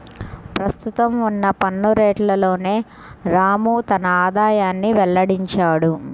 ప్రస్తుతం ఉన్న పన్ను రేట్లలోనే రాము తన ఆదాయాన్ని వెల్లడించాడు